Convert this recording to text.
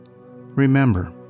Remember